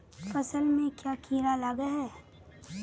फसल में क्याँ कीड़ा लागे है?